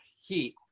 heat